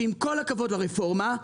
שעם כל הכבוד לרפורמה,